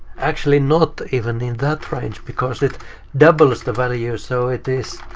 actually not even in that range, because it doubles the value, so it is,